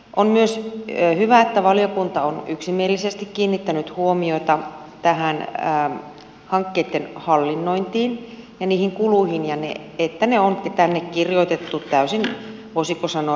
on myös hyvä että valiokunta on yksimielisesti kiinnittänyt huomiota tähän hankkeitten hallinnointiin ja niihin kuluihin ja että ne on tänne kirjoitettu täysin voisiko sanoa raadollisesti auki